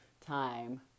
time